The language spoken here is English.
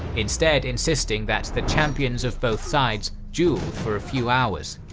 instead insisting that the champions of both sides dueled for a few hours.